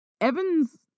Evans